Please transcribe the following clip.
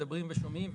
מדברים ושומעים,